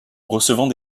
recevant